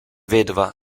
vedova